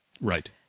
Right